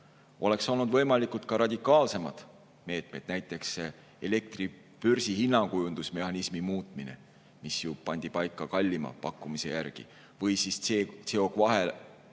Oleks olnud võimalikud ka radikaalsemad meetmed, näiteks elektri börsihinna kujundamise mehhanismi muutmine, mis pandi paika kallima pakkumise järgi, või siis CO2-kvoodile